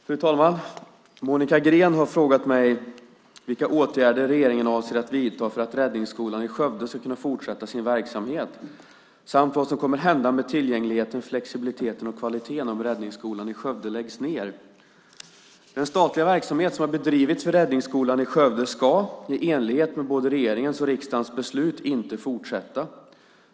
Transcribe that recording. Fru talman! Monica Green har frågat mig vilka åtgärder regeringen avser att vidta för att Räddningsskolan i Skövde ska kunna fortsätta sin verksamhet samt vad som kommer att hända med tillgängligheten, flexibiliteten och kvaliteten om Räddningsskolan i Skövde läggs ned. Den statliga verksamhet som har bedrivits vid Räddningsskolan i Skövde ska, i enlighet med både regeringens och riksdagens beslut, inte fortsätta.